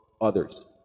others